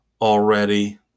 already